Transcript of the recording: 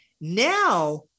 Now